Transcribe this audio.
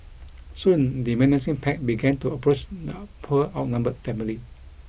soon the menacing pack began to approach the poor outnumbered family